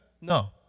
No